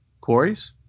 quarries